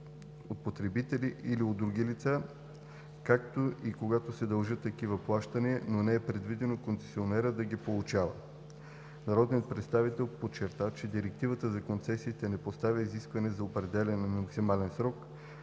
от потребители или от други лица, както и когато се дължат такива плащания, но не е предвидено концесионерът да ги получава. Народният представител подчерта, че Директивата за концесиите не поставя изискване за определяне на максимален срок,